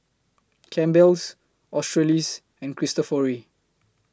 Campbell's Australis and Cristofori